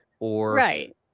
Right